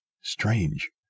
Strange